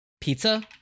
pizza